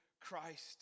Christ